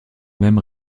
même